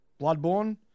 Bloodborne